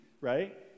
right